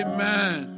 Amen